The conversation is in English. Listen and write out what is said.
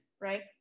right